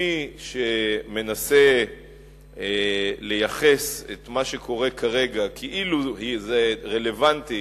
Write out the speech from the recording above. מי שמנסה לייחס את מה שקורה כרגע כאילו זה רלוונטי